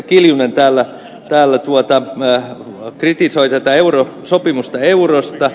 kiljunen täällä kritisoi tätä sopimusta eurosta